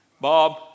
Bob